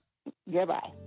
Goodbye